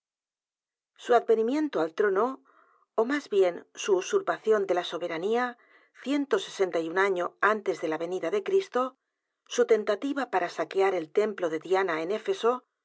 su advenimiento al trono ó más bien su usurpación de la soberanía ciento setenta y un año antes de la venida de cristo su tentativa p a r a saquear el templo de diana en efeso